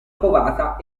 covata